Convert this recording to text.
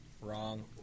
Wrong